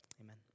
Amen